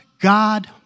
God